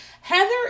Heather